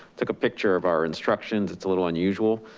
took a picture of our instructions. it's a little unusual.